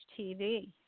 tv